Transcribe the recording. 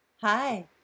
Hi